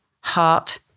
heart